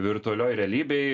virtualioj realybėj